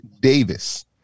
Davis